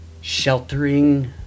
sheltering